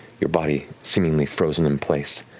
your body seemingly frozen in place.